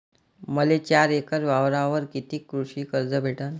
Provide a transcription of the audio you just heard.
मले चार एकर वावरावर कितीक कृषी कर्ज भेटन?